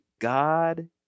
God